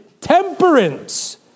temperance